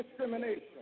discrimination